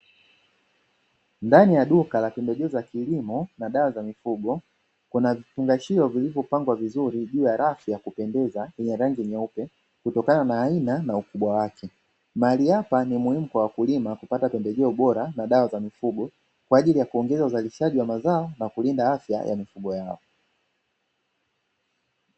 Ndani ya duka la pembejeo za kilimo na dawa za mifugo kuna vifungashio vilivyopangwa vizuri juu ya rafu ya kupendeza, yenye rangi nyeupe kutokana na aina na ukubwa wake mahali hapa ni muhimu kwa wakulima kupata pembejeo bora, na dawa za mifugo kwa ajili ya kuongeza uzalishaji wa mazao na kulinda afya ya mifugo yao.